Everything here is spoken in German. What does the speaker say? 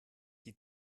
die